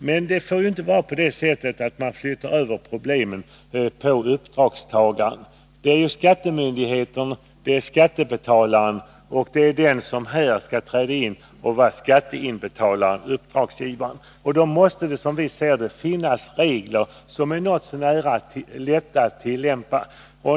Men det får ju inte vara på det sättet att man flyttar över problemen på uppdragstagaren. Det gäller skattemyndigheterna, skattebetalaren och den som här skall träda in och vara inbetalaren-uppdragsgivaren. Då måste det, som vi ser saken, finnas regler som är något så när lätta att tillämpa.